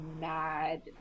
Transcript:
mad